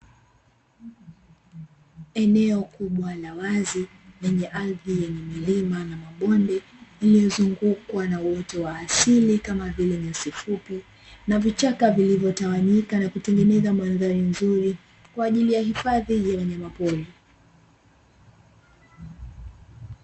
Eneo kubwa la wazi lenye ardhi yenye milima na mabonde iliyozungukwa na uoto wa asili kama vile: nyasi fupi na vichaka vilivyotawanyika na kutengeneza mandhari nzuri, kwa ajili ya hifadhi ya wanyamapori.